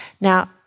Now